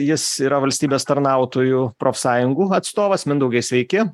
jis yra valstybės tarnautojų profsąjungų atstovas mindaugai sveiki